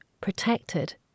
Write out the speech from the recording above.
protected